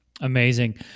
Amazing